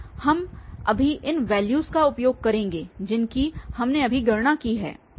इसलिए हम अभी इन वैल्यूस का उपयोग करेंगे जिनकी हमने अभी गणना की है